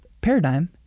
paradigm